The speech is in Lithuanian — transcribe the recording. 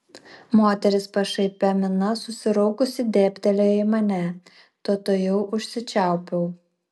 moteris pašaipia mina susiraukusi dėbtelėjo į mane tad tuojau užsičiaupiau